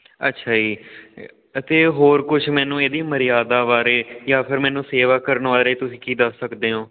ਅੱਛਾ ਜੀ ਅਤੇ ਹੋਰ ਕੁਛ ਮੈਨੂੰ ਇਹਦੀ ਮਰਿਆਦਾ ਬਾਰੇ ਜਾਂ ਫਿਰ ਮੈਨੂੰ ਸੇਵਾ ਕਰਨ ਬਾਰੇ ਤੁਸੀਂ ਕੀ ਦੱਸ ਸਕਦੇ ਓਂ